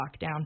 lockdown